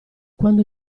quando